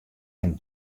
him